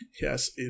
Yes